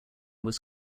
was